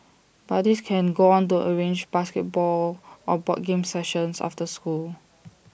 buddies can go on to arrange basketball or board games sessions after school